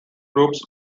groups